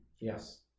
Yes